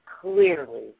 clearly